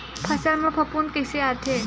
फसल मा फफूंद कइसे आथे?